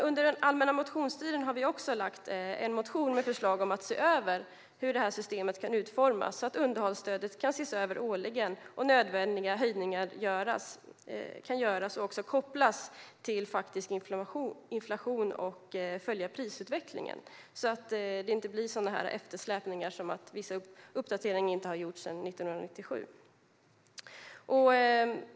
Under den allmänna motionstiden har vi också lämnat in en motion med förslag om att se över hur detta system kan utformas så att underhållsstödet kan ses över årligen, hur nödvändiga höjningar kan göras och hur det också kan kopplas till faktisk inflation och följa prisutvecklingen så att det inte blir sådana eftersläpningar så som att vissa uppdateringar inte har gjorts sedan 1997.